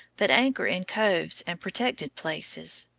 but anchor in coves and protected places.